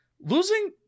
losing